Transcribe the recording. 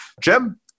Jim